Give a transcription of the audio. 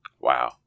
wow